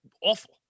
awful